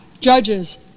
judges